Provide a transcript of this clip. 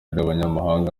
n’abanyamahanga